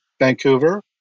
Vancouver